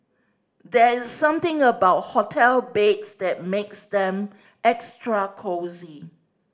there is something about hotel beds that makes them extra cosy